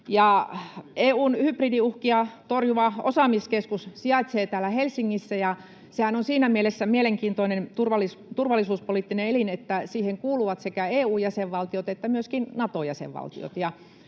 EU:n hybridiuhkia torjuva osaamiskeskus sijaitsee täällä Helsingissä, ja sehän on siinä mielessä mielenkiintoinen turvallisuuspoliittinen elin, että siihen kuuluvat sekä EU-jäsenvaltiot että myöskin Nato-jäsenvaltiot,